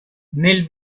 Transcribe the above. nel